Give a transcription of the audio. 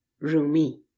Rumi